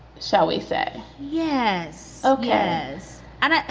shall we say? yes. ok, yes. and